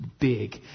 big